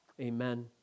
Amen